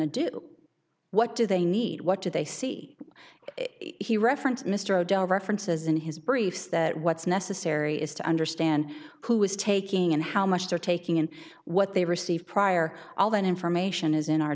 to do what do they need what do they see he reference mr o'dell references in his briefs that what's necessary is to understand who is taking and how much they're taking in what they receive prior all that information is in our